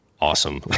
Awesome